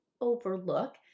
overlook